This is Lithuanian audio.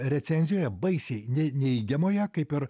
recenzijoje baisiai nei neigiamoje kaip ir